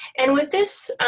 and with this,